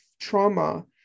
trauma